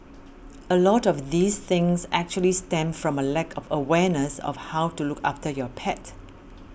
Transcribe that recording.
a lot of these things actually stem from a lack of awareness of how to look after your pet